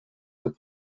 que